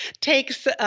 takes